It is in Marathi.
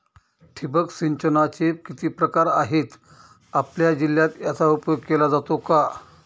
ठिबक सिंचनाचे किती प्रकार आहेत? आपल्या जिल्ह्यात याचा उपयोग केला जातो का?